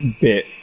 bit